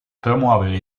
promuovere